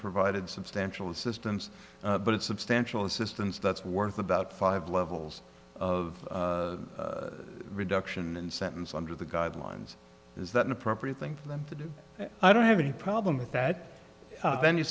provided substantial assistance but it's substantial assistance that's worth about five levels of reduction in sentence under the guidelines is that an appropriate thing for them to do i don't have any problem with that